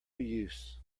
use